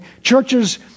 churches